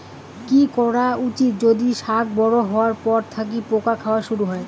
কি করা উচিৎ যদি শাক বড়ো হবার পর থাকি পোকা খাওয়া শুরু হয়?